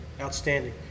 Outstanding